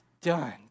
done